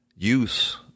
use